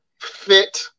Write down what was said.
fit